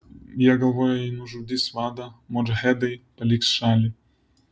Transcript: jie galvoja jei nužudys vadą modžahedai paliks šalį